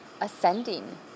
ascending